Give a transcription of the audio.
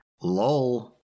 Lol